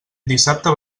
dissabte